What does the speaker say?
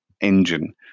engine